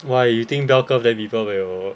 why you think bell then people will